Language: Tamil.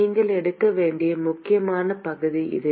நீங்கள் எடுக்க வேண்டிய முக்கியமான பகுதி இது